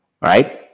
right